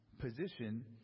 position